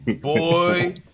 boy